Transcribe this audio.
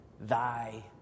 Thy